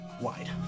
wide